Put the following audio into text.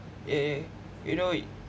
yeah you know it